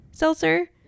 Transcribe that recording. seltzer